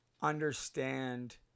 understand